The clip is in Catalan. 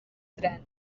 tren